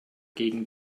gegen